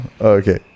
okay